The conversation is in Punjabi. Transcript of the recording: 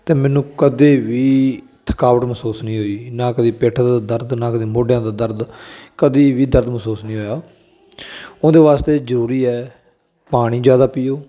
ਅਤੇ ਮੈਨੂੰ ਕਦੇ ਵੀ ਥਕਾਵਟ ਮਹਿਸੂਸ ਨਹੀਂ ਹੋਈ ਨਾ ਕਦੇ ਪਿੱਠ ਦਾ ਦਰਦ ਨਾ ਕਦੇ ਮੋਢਿਆਂ ਦਾ ਦਰਦ ਕਦੇ ਵੀ ਦਰਦ ਮਹਿਸੂਸ ਨਹੀਂ ਹੋਇਆ ਉਹਦੇ ਵਾਸਤੇ ਜ਼ਰੂਰੀ ਹੈ ਪਾਣੀ ਜ਼ਿਆਦਾ ਪੀਓ